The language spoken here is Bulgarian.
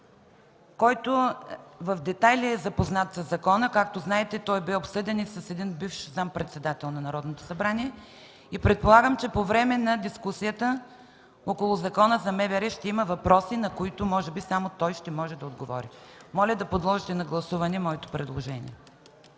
който в детайли е запознат със закона, а както знаете, той е бил обсъден и с един бивш заместник-председател на Народното събрание и предполагам, че по време на дискусията около Закона за МВР ще има въпроси, на които може би само той ще може да отговори. Моля да подложите на гласуване моето предложение.